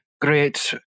great